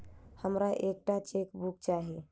हमरा एक टा चेकबुक चाहि